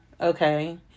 okay